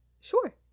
Sure